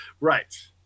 right